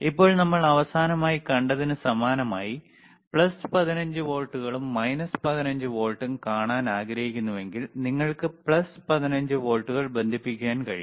ഇപ്പോൾ നമ്മൾ അവസാനമായി കണ്ടതിന് സമാനമായി പ്ലസ് 15 വോൾട്ടുകളും മൈനസ് 15 വോൾട്ടും കാണാൻ ആഗ്രഹിക്കുന്നുവെങ്കിൽ നിങ്ങൾക്ക് പ്ലസ് 15 വോൾട്ടുകൾ ബന്ധിപ്പിക്കാൻ കഴിയും